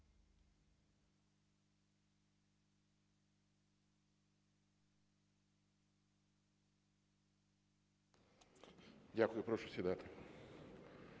Дякую. Прошу сідати.